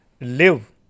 live